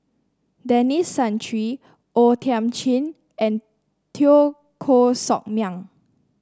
Denis Santry O Thiam Chin and Teo Koh Sock Miang